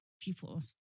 people